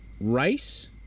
Rice